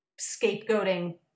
scapegoating